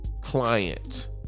client